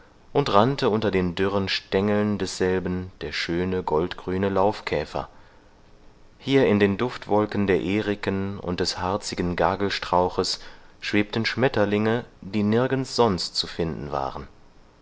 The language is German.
und rannte unter den dürren stengeln desselben der schöne goldgrüne laufkäfer hier in den duftwolken der eriken und des harzigen gagelstrauches schwebten schmetterlinge die nirgends sonst zu finden waren